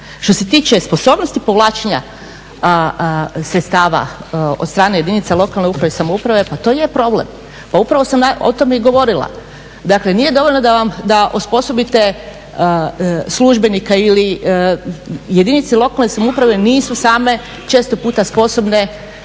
Što se tiče sposobnosti povlačenja sredstava od strane jedinica lokalne uprave i samouprave pa to je problem, pa upravo sam o tome i govorila. Dakle nije dovoljno da osposobite službenika ili jedinice lokalne samouprave nisu same često puta sposobne,